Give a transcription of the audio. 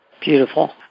Beautiful